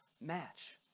match